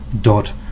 dot